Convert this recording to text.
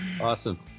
awesome